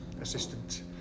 assistant